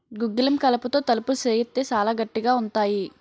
గుగ్గిలం కలపతో తలుపులు సేయిత్తే సాలా గట్టిగా ఉంతాయి